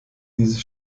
diese